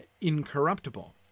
incorruptible